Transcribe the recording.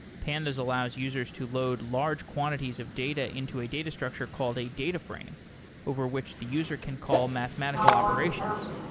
pandas allows users to load large quantities of data into a data structure called a data frame over which the user can call mathematical operations.